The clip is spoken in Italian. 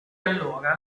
allora